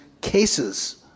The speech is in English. cases